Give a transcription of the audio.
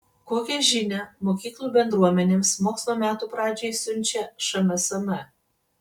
kokią žinią mokyklų bendruomenėms mokslo metų pradžiai siunčia šmsm